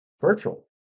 virtual